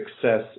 success